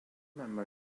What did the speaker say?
member